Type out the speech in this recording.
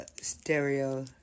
stereo